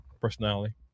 Personality